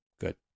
Good